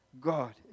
God